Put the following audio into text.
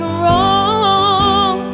wrong